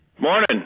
morning